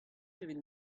evit